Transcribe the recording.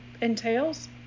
entails